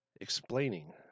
explaining